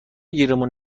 گیرمون